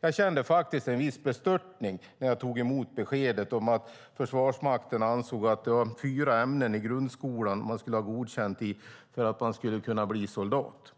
Jag kände faktiskt en viss bestörtning när jag tog emot beskedet om att Försvarsmakten ansåg att det var fyra ämnen i grundskolan man skulle ha godkänt i för att kunna bli soldat.